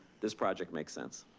this project makes sense.